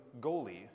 goalie